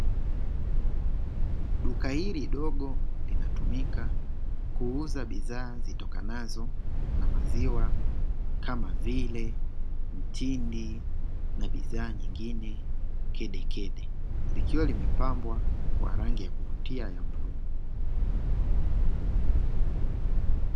Duka hili dogo linatumika kuuza bidhaa zitokanazo na maziwa kama vile mtindi na bidhaa nyingine kedekede, likiwa limepambwa kwa rangi ya kuvutia ya bluu.